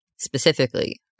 Specifically